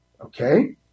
Okay